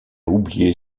oublié